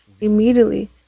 Immediately